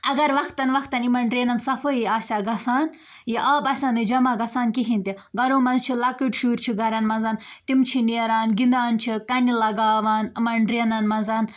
اگر وَقتاً وَقتاً یِمَن ڈرٛینَن صفٲیی آسہِ ہہ گَژھان یہِ آب آسہِ ہہ نہٕ جمع گژھان کِہیٖنۍ تہِ گَرَو مَنٛز چھِ لۄکٕٹۍ شُرۍ چھِ گَرَن مَنٛز تِم چھِ نیران گِنٛدان چھِ کَنہِ لَگاوان یِمَن ڈرٛینَن مَنٛز